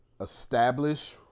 Establish